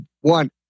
one